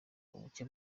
ubuke